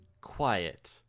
quiet